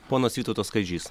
ponas vytautas kadžys